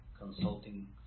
consulting